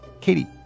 Katie